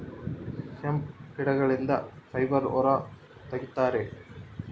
hemp ಗಿಡಗಳಿಂದ fibre ಹೊರ ತಗಿತರೆ